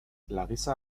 larissa